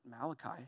Malachi